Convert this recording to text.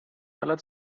aller